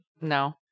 No